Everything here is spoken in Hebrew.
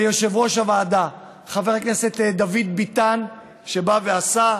ליושב-ראש הוועדה, חבר הכנסת דוד ביטן, שבא ועשה.